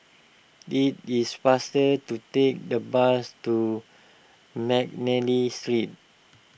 it is faster to take the bus to McNally Street